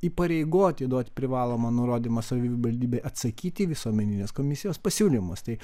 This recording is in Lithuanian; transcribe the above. įpareigoti duoti privalomą nurodymą savivaldybei atsakyti į visuomeninės komisijos pasiūlymus tai